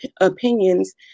opinions